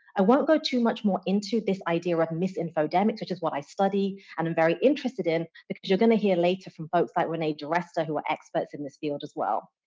i won't go too much more into this idea of misinfodemics, which is what i study and i'm very interested in because you're going to hear later from folks, like renee diresta, who are experts in this field as well.